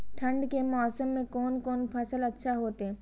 ठंड के मौसम में कोन कोन फसल अच्छा होते?